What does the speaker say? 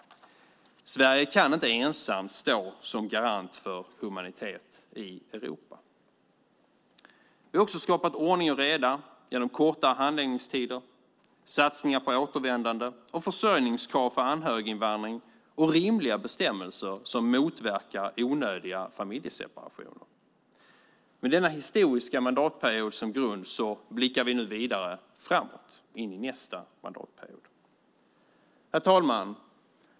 Sverige kan inte ensamt stå som garant för humanitet i Europa. Vi har också skapat ordning och reda genom korta handläggningstider, satsningar på återvändande, försörjningskrav för anhöriginvandring och rimliga bestämmelser som motverkar onödiga familjeseparationer. Med denna historiska mandatperiod som grund blickar vi nu vidare framåt in i nästa mandatperiod. Herr talman!